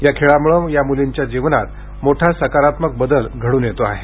या खेळामुळं या मुलींच्या जीवनात मोठा सकारात्मक बदल घडून येतो आहे